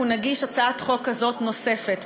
אנחנו נגיש הצעת חוק כזאת נוספת,